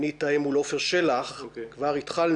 אני אתאם מול עפר שלח כבר התחלנו